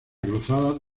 cruzada